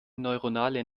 neuronale